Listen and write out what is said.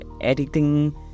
editing